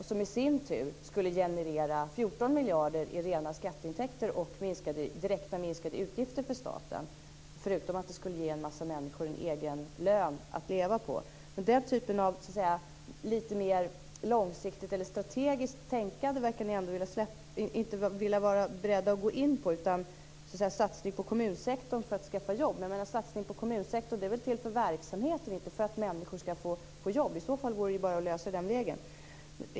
Detta skulle i sin tur generera 14 miljarder i rena skatteintäkter och direkta minskade utgifter för staten, förutom att det skulle ge en massa människor en egen lön att leva på. Den typen av litet mer långsiktigt eller strategiskt tänkande verkar ni inte vara beredda att gå in på. Ni gör en satsning på kommunsektorn för att skaffa jobb. Men satsningen på kommunsektorn är väl till för verksamheten och inte för att människor skall få jobb. I så fall är det ju bara att lösa det den vägen.